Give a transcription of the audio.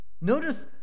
Notice